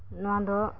ᱱᱚᱣᱟ ᱫᱚ